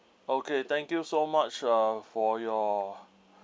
okay thank you so much uh for your